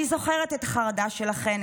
אני זוכרת את החרדה שלכן,